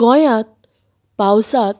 गोंयांत पावसांत